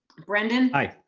brendan. i.